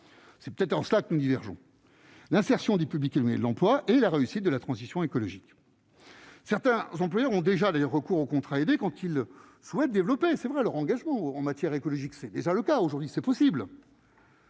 c'est peut-être en cela que nous divergeons l'insertion du public et l'emploi et la réussite de la transition écologique, certains employeurs ont déjà d'ailleurs recours aux contrats aidés quand il le souhaite développer, c'est vrai, leur engagement en matière écologique, c'est déjà le cas aujourd'hui, c'est possible.